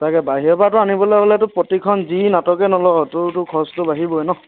তাকে বাহিৰৰ পৰাতো আনিবলৈ হ'লেতো প্ৰতিখন যি নাটকেই নলব তোৰতো খৰচটো বাঢ়িবই ন